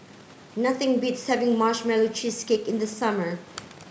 nothing beats having marshmallow cheesecake in the summer